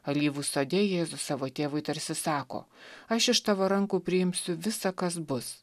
alyvų sode jėzus savo tėvui tarsi sako aš iš tavo rankų priimsiu visa kas bus